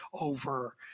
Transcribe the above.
over